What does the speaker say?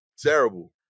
Terrible